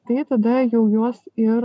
tai tada jau juos ir